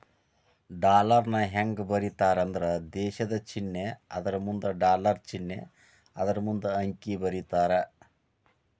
ಡಾಲರ್ನ ಹೆಂಗ ಬರೇತಾರಂದ್ರ ದೇಶದ್ ಚಿನ್ನೆ ಅದರಮುಂದ ಡಾಲರ್ ಚಿನ್ನೆ ಅದರಮುಂದ ಅಂಕಿ ಬರೇತಾರ